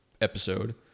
episode